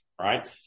right